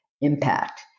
impact